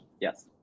Yes